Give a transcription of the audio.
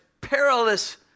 perilous